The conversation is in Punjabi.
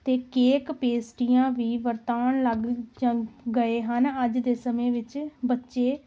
ਅਤੇ ਕੇਕ ਪੇਸਟੀਆਂ ਵੀ ਵਰਤਾਉਣ ਲੱਗ ਜ ਗਏ ਹਨ ਅੱਜ ਦੇ ਸਮੇਂ ਵਿੱਚ ਬੱਚੇ